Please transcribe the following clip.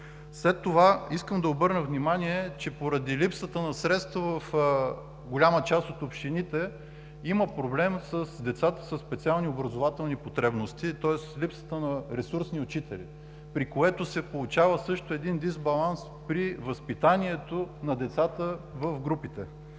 След това искам да обърна внимание, че поради липсата на средства в голяма част от общините има проблем с децата със специални образователни потребности, тоест липсата на ресурсни учители. При това се получава също един дисбаланс при възпитанието на децата в групите.